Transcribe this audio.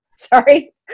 Sorry